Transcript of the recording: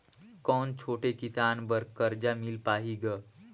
कौन छोटे किसान बर कर्जा मिल पाही ग?